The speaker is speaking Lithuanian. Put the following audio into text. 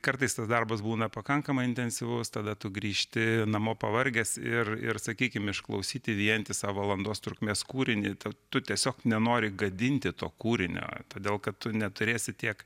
kartais tas darbas būna pakankamai intensyvus tada tu grįžti namo pavargęs ir ir sakykim išklausyti vientisą valandos trukmės kūrinį tu tu tiesiog nenori gadinti to kūrinio todėl kad tu neturėsi tiek